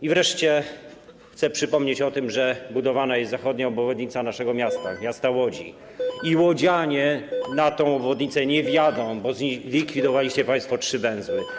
I wreszcie chcę przypomnieć o tym, że budowana jest zachodnia obwodnica naszego miasta, miasta Łodzi, i łodzianie na tę obwodnicę nie wjadą, bo zlikwidowaliście państwo trzy węzły.